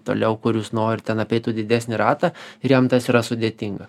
toliau kur jūs norit ten apeitų didesnį ratą ir jam tas yra sudėtinga